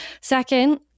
Second